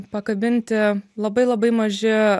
pakabinti labai labai maži